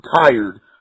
tired